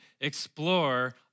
explore